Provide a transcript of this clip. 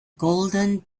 golden